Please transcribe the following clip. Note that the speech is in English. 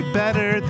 better